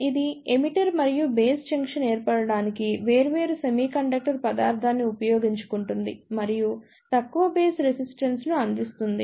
ఇది ఎమిటర్ మరియు base junction ఏర్పడటానికి వేర్వేరు సెమీకండక్టర్ పదార్థాన్ని ఉపయోగించుకుంటుంది మరియు తక్కువ బేస్ రెసిస్టెన్స్ ను అందిస్తుంది